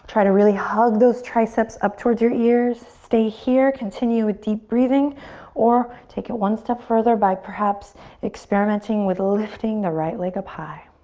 to really hug those triceps up towards your ears. stay here. continue with deep breathing or take it one step further by perhaps experimenting with lifting the right leg up high.